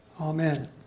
Amen